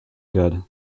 good